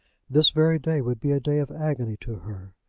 this very day would be a day of agony to her.